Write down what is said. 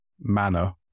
manner